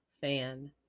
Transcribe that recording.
fan